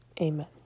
Amen